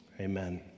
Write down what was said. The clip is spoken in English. amen